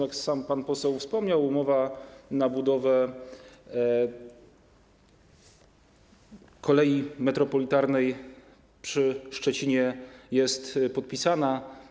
Jak sam pan poseł wspomniał, umowa na budowę kolei metropolitalnej w Szczecinie jest podpisana.